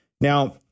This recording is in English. Now